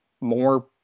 more